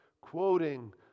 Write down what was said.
quoting